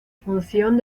función